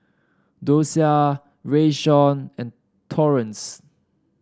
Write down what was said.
Docia Rayshawn and Torrence